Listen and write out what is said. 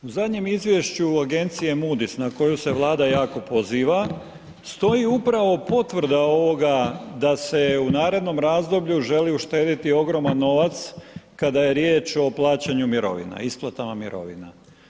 U zadnjem izvješću agencije Moody's na koju se Vlada jako poziva, stoji upravo potvrda ovoga da se u narednom razdoblju žele uštedjeti ogroman novac kada je riječ o plaćanju mirovina, isplatama mirovina.